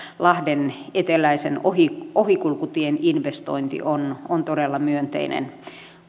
lahden eteläisen ohikulkutien investointi on on todella myönteinen